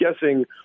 guessing